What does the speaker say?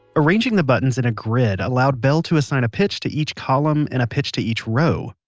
arranging the buttons in a grid allowed bell to assign a pitch to each column and a pitch to each row.